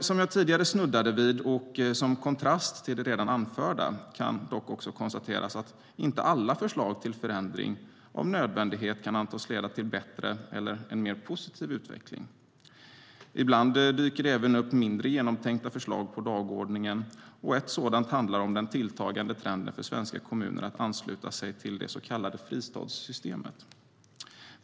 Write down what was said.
Som jag tidigare snuddade vid och som kontrast till det redan anförda kan dock konstateras att inte alla förslag till förändring av nödvändighet kan antas leda till en bättre eller mer positiv utveckling. Ibland dyker det även upp mindre genomtänkta förslag på dagordningen. Ett sådant handlar om den tilltagande trenden för svenska kommuner och städer att ansluta sig till det så kallade fristadssystemet.